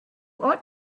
ought